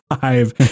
five